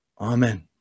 Amen